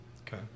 Okay